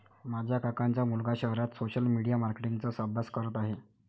माझ्या काकांचा मुलगा शहरात सोशल मीडिया मार्केटिंग चा अभ्यास करत आहे